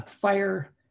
fire